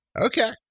Okay